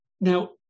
Now